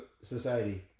society